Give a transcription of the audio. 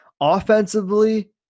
offensively